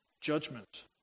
judgment